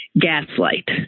Gaslight